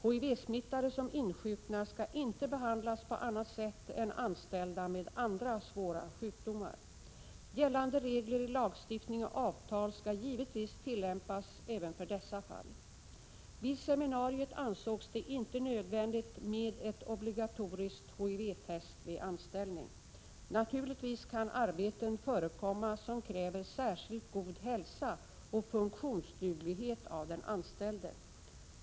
HIV-smittade som insjuknar skall inte behandlas på annat sätt än anställda med andra svåra sjukdomar. Gällande regler i lagstiftning och avtal skall givetvis tillämpas även för dessa fall. Vid seminariet ansågs det inte nödvändigt med ett obligatoriskt HIV-test vid anställning. Naturligtvis kan arbeten förekomma som kräver särskilt god hälsa och funktionsduglighet av den anställde.